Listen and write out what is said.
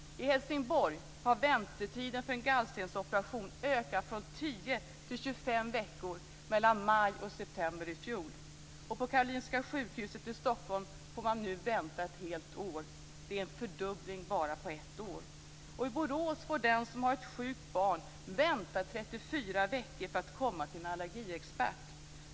I Helsingborg har väntetiden för en gallstensoperation ökat från 10 till 25 veckor mellan maj och september i fjol. På Karolinska sjukhuset i Stockholm får man nu vänta ett helt år. Det är en fördubbling bara på ett år. I Borås får den som har ett sjukt barn vänta i 34 veckor för att komma till en allergiexpert.